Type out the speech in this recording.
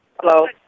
Hello